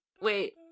wait